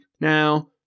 Now